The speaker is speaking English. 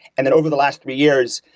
and then over the last three years,